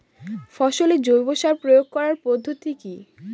ফসলে জৈব সার প্রয়োগ করার পদ্ধতি কি?